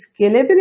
scalability